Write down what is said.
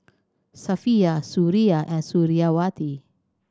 Safiya Suria and Suriawati